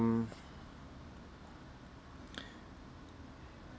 um